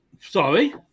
Sorry